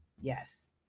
yes